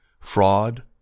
fraud